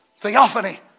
theophany